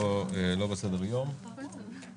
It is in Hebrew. ), התשפ"א-2021.